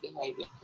behavior